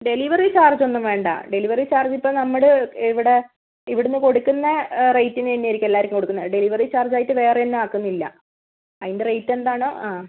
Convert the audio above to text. delivery charge ഒന്നും വേണ്ട delivery charge ഇപ്പോൾ നമ്മൾ ഇവിടെ ഇവിടുന്ന് കൊടുക്കുന്ന റേറ്റിന് തന്നെയായിരിക്കും എല്ലാവർക്കും കൊടുക്കുന്നത് ഡെലിവറി ചാർജ് ആയിട്ട് വേറെ ഒന്നും ആക്കുന്നില്ല അതിൻ്റെ റേറ്റ് എന്താണോ ആ